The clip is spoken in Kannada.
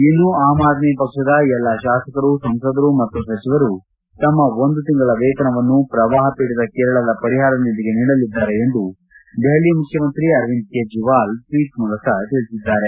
ಇನ್ನು ಆಮ್ ಆದ್ನಿ ಪಕ್ಷದ ಎಲ್ಲಾ ಶಾಸಕರು ಸಂಸದರು ಮತ್ತು ಸಚಿವರು ತಮ್ಮ ಒಂದು ತಿಂಗಳ ವೇತನವನ್ನು ಪ್ರವಾಹ ಪೀಡಿತ ಕೇರಳದ ಪರಿಹಾರ ನಿಧಿಗೆ ನೀಡಲಿದ್ದಾರೆ ಎಂದು ದೆಹಲಿ ಮುಖ್ಚಮಂತ್ರಿ ಅರವಿಂದ್ ಕೇಜ್ರೇವಾಲ್ ಟ್ವೀಟ್ ಮೂಲಕ ತಿಳಿಸಿದ್ದಾರೆ